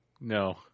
No